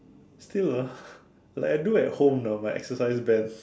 still lah like I do at home you know my exercise band